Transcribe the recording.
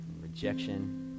rejection